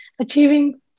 achieving